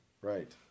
Right